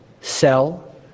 sell